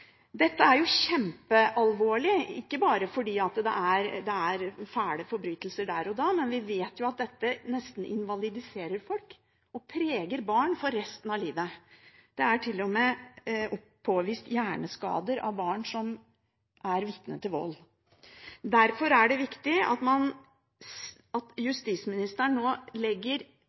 fordi det er fæle forbrytelser der og da, men vi vet at dette nesten invalidiserer folk og preger barn for resten av livet. Det er til og med påvist hjerneskader hos barn som er vitne til vold. Derfor er det viktig at